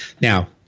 Now